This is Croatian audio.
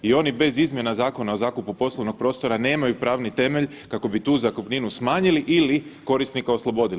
I oni bez izmjena Zakona o zakupu poslovnog prostora nemaju pravni temelj kako bi tu zakupninu smanjili ili korisnika oslobodili.